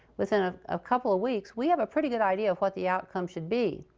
within ah a couple of weeks we have a pretty good idea of what the outcome should be.